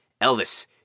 Elvis